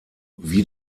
wie